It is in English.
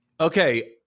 Okay